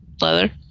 leather